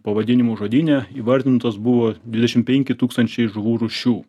pavadinimų žodyne įvardintos buvo dvidešim penki tūkstančiai žuvų rūšių